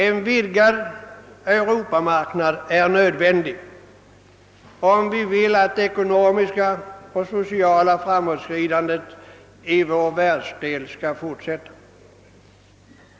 En vidgad Europamarknad är nödvändig, om vi vill att det ekonomiska och sociala framåtskridandet i vår världsdel skall fortsätta.